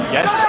Yes